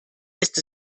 ist